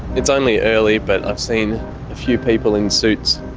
it's only early, but i've seen a few people in suits